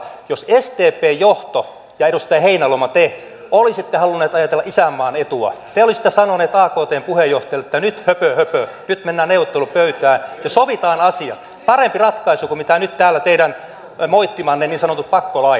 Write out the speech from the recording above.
jos sdpn johto ja edustaja heinäluoma te olisitte halunneet ajatella isänmaan etua te olisitte sanoneet aktn puheenjohtajalle että höpö höpö nyt mennään neuvottelupöytään ja sovitaan asiat parempi ratkaisu kuin nyt teidän täällä moittimanne niin sanotut pakkolait